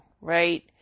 right